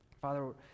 Father